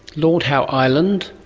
lord howe island,